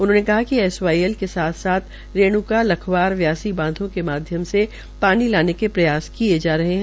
उन्होंने कहा कि एसवाईएल के साथ साथ रेण्का लखवार व्यासी बांधों के माध्यम से पानी लाने के प्रयास किये जा रहे है